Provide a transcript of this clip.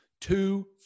Two